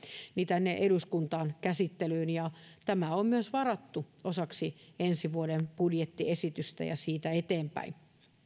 tänne eduskuntaan käsittelyyn ja tämä on myös varattu osaksi ensi vuoden budjettiesitystä ja siitä eteenpäin